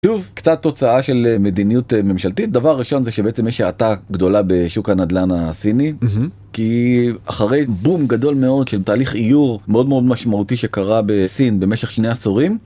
קצת תוצאה של מדיניות ממשלתית דבר ראשון זה שבעצם יש שעטה גדולה בשוק הנדלן הסיני כי אחרי בום גדול מאוד של תהליך איור מאוד מאוד משמעותי שקרה בסין במשך שני עשורים.